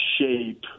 shape